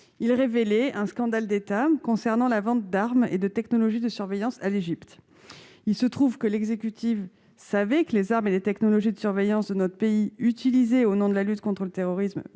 Ils révélaient un scandale d'État concernant la vente d'armes et de technologies de surveillance à l'Égypte. En effet, l'exécutif savait que les armes et les technologies de surveillance utilisées par notre pays au nom de la lutte contre le terrorisme